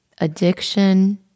addiction